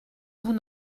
vous